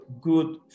good